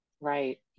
Right